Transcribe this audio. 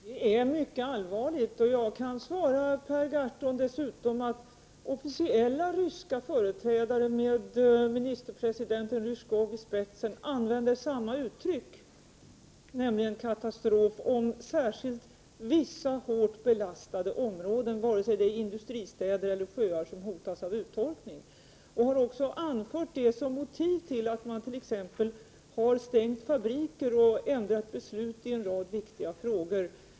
Fru talman! Situationen är mycket allvarlig. Jag kan dessutom svara Per Gahrton att officiella ryska förträdare med ministerpresident Ryzjkov i spetsen använder samma uttryck, nämligen katastrof, om vissa särskilt hårt belastade områden, vare sig det gäller industristäder eller sjöar som hotas av uttorkning. Detta har också anförts som motiv för att t.ex. stänga fabriker och ändra beslut i en rad viktiga frågor.